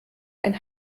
ein